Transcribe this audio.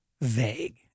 vague